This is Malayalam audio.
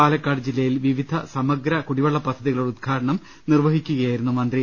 പാലക്കാട് ജില്ലയിൽ വിവിധ സമഗ്ര കുടിവെള്ള പദ്ധതികളുടെ ഉദ്ഘാടനം നിർവ്വഹിച്ച് സംസാരിക്കുകയായിരുന്നു മന്ത്രി